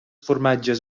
formatges